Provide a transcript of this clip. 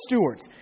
stewards